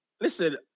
Listen